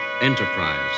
Enterprise